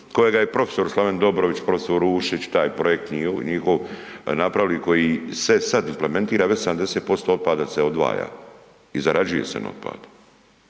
kojega je profesor Slaven Dobrović, profesor Rušić, taj projekt njihov napravili koji se sad implementira već 70% otpada se odvaja i zarađuje se na otpadu.